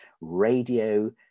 radio